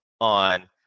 on